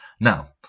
Now